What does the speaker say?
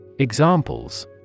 Examples